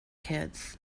kids